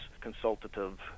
consultative